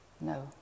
No